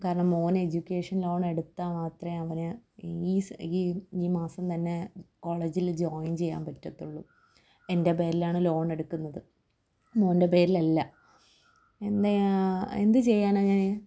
കാരണം മോന് education loan എടുത്താല് മാത്രമേ അവന് ഈ ഈ മാസം തന്നെ കോളേജില് ജോയിൻ ചെയ്യാൻ പറ്റത്തുള്ളൂ എൻ്റെ പേരിലാണ് ലോൺ എടുക്കുന്നത് മോൻ്റെ പേരിലല്ല എന്ത് ചെയ്യാനാണ് ഞാൻ